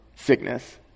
sickness